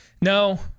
No